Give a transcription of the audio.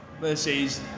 Versus